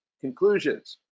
conclusions